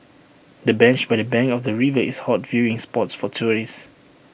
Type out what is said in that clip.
the bench by the bank of the river is A hot viewing spots for tourists